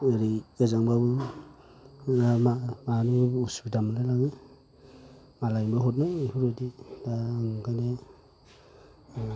ओरै गोजांबाबो लामा लानोबो उसुबिदा मोनलायलाङो मालायनोबो हरनो बेफोरबायदि दा आं ओंखायनो